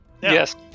Yes